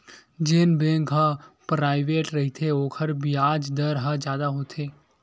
जेन बेंक ह पराइवेंट रहिथे ओखर बियाज दर ह जादा होथे